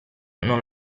non